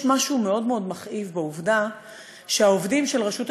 יש משהו מאוד מאוד מכאיב בעובדה שהעובדים של רשות השידור,